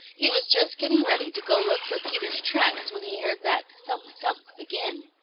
he was just getting ready to go look for peter's tracks when he heard that thump, thump again.